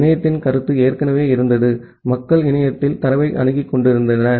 இணையத்தின் கருத்து ஏற்கனவே இருந்தது மக்கள் இணையத்தில் தரவை அணுகிக் கொண்டிருந்தனர்